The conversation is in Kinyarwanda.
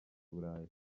burayi